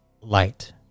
light